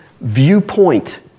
viewpoint